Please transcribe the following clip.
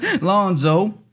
Lonzo